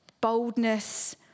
boldness